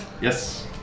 Yes